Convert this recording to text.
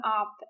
up